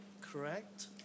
correct